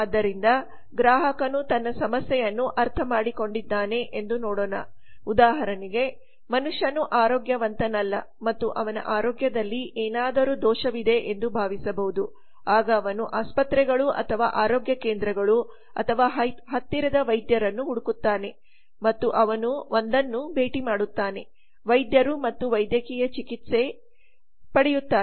ಆದ್ದರಿಂದ ಗ್ರಾಹಕನು ತನ್ನ ಸಮಸ್ಯೆಯನ್ನು ಅರ್ಥಮಾಡಿಕೊಂಡಿದ್ದಾನೆ ಎಂದು ನೋಡೋಣ ಉದಾಹರಣೆಗೆ ಮನುಷ್ಯನು ಆರೋಗ್ಯವಂತನಲ್ಲ ಮತ್ತು ಅವನ ಆರೋಗ್ಯದಲ್ಲಿ ಏನಾದರೂ ದೋಷವಿದೆ ಎಂದು ಭಾವಿಸಬಹುದು ಆಗ ಅವನು ಆಸ್ಪತ್ರೆಗಳು ಅಥವಾ ಆರೋಗ್ಯ ಕೇಂದ್ರಗಳು ಅಥವಾ ಹತ್ತಿರದ ವೈದ್ಯರನ್ನು ಹುಡುಕುತ್ತಾನೆ ಮತ್ತು ಅವನು ಒಂದನ್ನು ಭೇಟಿ ಮಾಡುತ್ತಾನೆ ವೈದ್ಯರು ಮತ್ತು ವೈದ್ಯಕೀಯ ಚಿಕಿತ್ಸೆ ಪಡೆಯುತ್ತಾರೆ